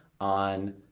on